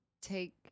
take